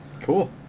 cool